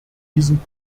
diesen